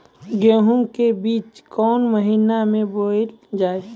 गेहूँ के बीच कोन महीन मे बोएल जाए?